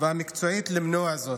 והמקצועית למנוע זאת.